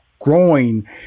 growing